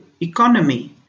economy